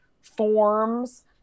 forms